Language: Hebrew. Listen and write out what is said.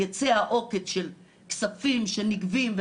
ייצא העוקץ של כספים שנגבים,